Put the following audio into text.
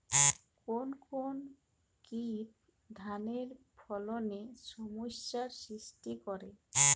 কোন কোন কীট ধানের ফলনে সমস্যা সৃষ্টি করে?